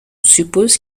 suppose